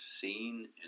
seen